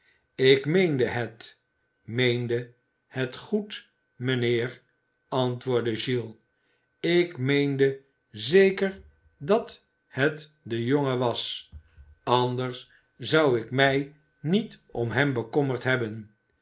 ik meende het meende het goed mijnheer antwoordde giles ik meende zeker dat het de jongen was anders zou ik mij niet om hem bekommerd hebben